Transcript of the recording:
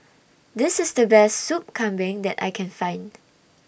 This IS The Best Sup Kambing that I Can Find